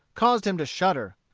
caused him to shudder.